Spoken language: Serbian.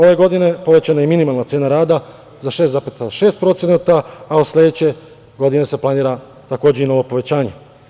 Ove godine povećana je i minimalna cena rada za 6,6%, a od sledeće godine se planira takođe i novo povećanje.